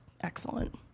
excellent